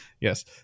Yes